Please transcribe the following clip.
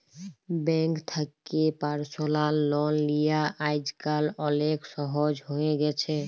bank থ্যাকে personal loan লিয়া আইজকাল অলেক সহজ হ্যঁয়ে গেছে